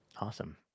awesome